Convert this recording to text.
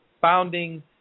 founding